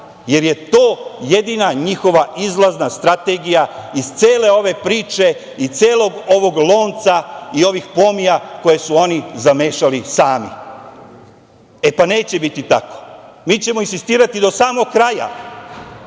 To je jedina njihova izlazna strategija iz cele ove priče i celog ovog lonca i ovih pomija koji su oni zamešali sami.E pa neće biti tako. Mi ćemo insistirati do samog kraja.